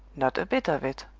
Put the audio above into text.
not a bit of it!